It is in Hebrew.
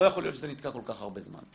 לא יכול להיות שזה נתקע כל כך הרבה זמן.